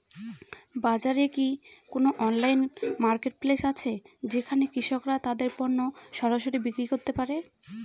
বাজারে কি কোন অনলাইন মার্কেটপ্লেস আছে যেখানে কৃষকরা তাদের পণ্য সরাসরি বিক্রি করতে পারে?